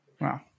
Wow